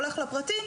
הולך לפרטי,